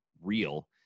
real